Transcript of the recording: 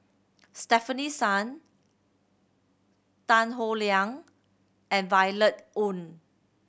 Stefanie Sun Tan Howe Liang and Violet Oon